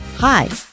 Hi